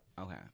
Okay